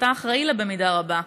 אתה אחראי לה במידה רבה.